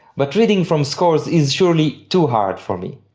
but reading from scores is surely too hard for me.